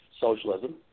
socialism